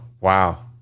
wow